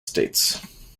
states